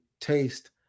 taste